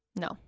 No